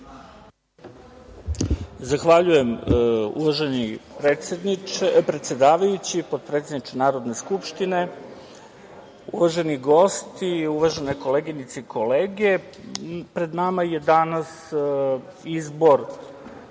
Zahvaljujem. Uvaženi predsedavajući i potpredsedniče Narodne skupštine, uvaženi gosti, uvažene koleginice i kolege, pred nama je danas izbor